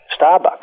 Starbucks